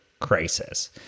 crisis